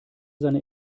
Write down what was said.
seine